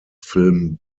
film